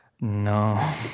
No